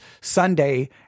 Sunday